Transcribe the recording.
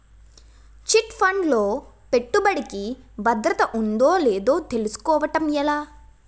Chit fund లో పెట్టుబడికి భద్రత ఉందో లేదో తెలుసుకోవటం ఎలా?